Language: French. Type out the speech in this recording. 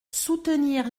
soutenir